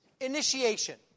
initiation